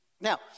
Now